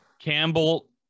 Campbell